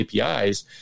APIs